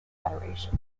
federation